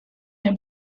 der